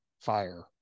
fire